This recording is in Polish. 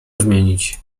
zmienić